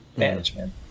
management